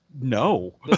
No